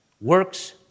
works